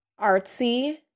artsy